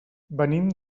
venim